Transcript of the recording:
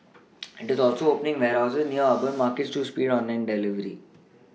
it is also opening warehouses near urban markets to speed online delivery